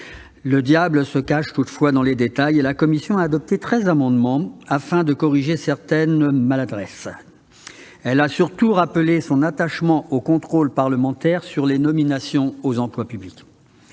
Le diable se cache toutefois dans les détails, et la commission des lois a adopté treize amendements, afin de corriger certaines maladresses. Elle a surtout rappelé son attachement au contrôle parlementaire sur les nominations aux emplois publics.